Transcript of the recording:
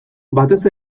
batez